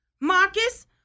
Marcus